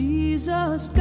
Jesus